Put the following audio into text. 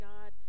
God